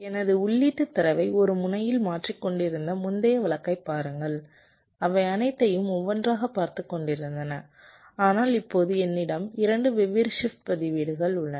எனது உள்ளீட்டுத் தரவை ஒரு முனையில் மாற்றிக் கொண்டிருந்த முந்தைய வழக்கைப் பாருங்கள் அவை அனைத்தையும் ஒவ்வொன்றாகப் பார்த்துக் கொண்டிருந்தன ஆனால் இப்போது என்னிடம் 2 வெவ்வேறு ஷிப்ட் பதிவேடுகள் உள்ளன